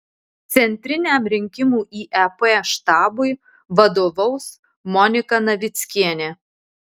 centriniam rinkimų į ep štabui vadovaus monika navickienė